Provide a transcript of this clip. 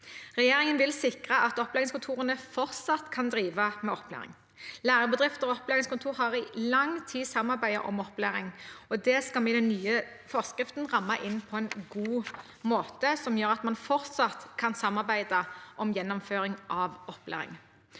Regjeringen vil sikre at opplæringskontorene fortsatt kan drive med opplæring. Lærebedrifter og opplæringskontor har i lang tid samarbeidet om opplæring, og det skal vi i den den nye forskriften ramme inn på en god måte, som gjør at man fortsatt kan samarbeide om gjennomføring av opplæring.